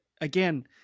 again